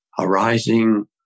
arising